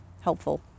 helpful